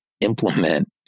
implement